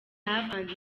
and